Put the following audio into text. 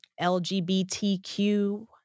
LGBTQ